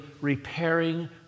repairing